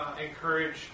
Encourage